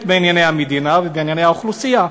בענייני המדינה ובענייני האוכלוסייה.